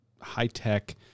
high-tech